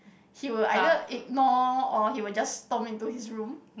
he will either ignore or he will just stomp into his room